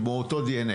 הוא עם אותו די-אן-איי,